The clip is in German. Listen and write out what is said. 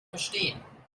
verstehen